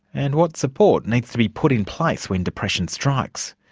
and what support needs to be put in place when depression strikes.